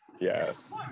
Yes